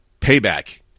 payback